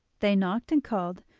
they knocked and called,